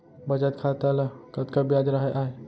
बचत खाता ल कतका ब्याज राहय आय?